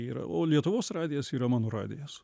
yra o lietuvos radijas yra mano radijas